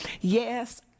Yes